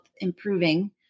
improving